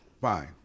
Fine